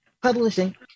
publishing